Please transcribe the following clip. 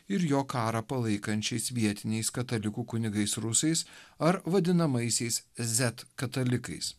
ir jo karą palaikančiais vietiniais katalikų kunigais rusais ar vadinamaisiais zet katalikais